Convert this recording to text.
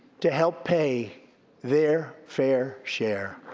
to help pay their fair share.